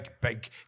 big